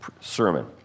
sermon